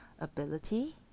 Ability